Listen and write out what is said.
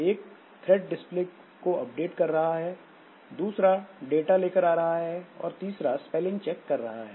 एक thread display को update कर रहा है दूसरा डाटा लेकर आ रहा है और तीसरा स्पेलिंग चेक कर रहा है